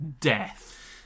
death